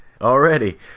already